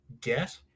get